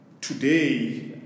today